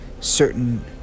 certain